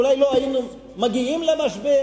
אולי לא היינו מגיעים למשבר,